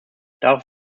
darauf